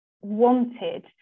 wanted